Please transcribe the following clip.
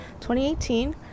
2018